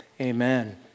amen